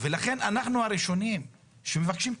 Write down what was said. ולכן אנחנו הראשונים שמבקשים תכנון.